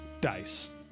dice